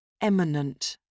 Eminent